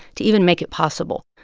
to even make it possible.